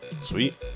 Sweet